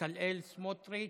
בצלאל סמוטריץ'.